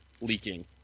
leaking